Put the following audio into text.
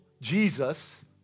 Jesus